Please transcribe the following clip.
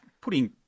Putting